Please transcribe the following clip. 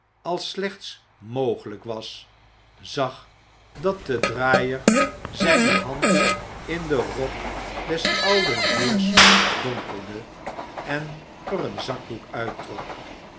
als slechts mogelijk was zag dat de draaier zijne hand in den rok des ouden heers dompelde en er een zakdoek uittrok